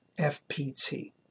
FPT